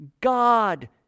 God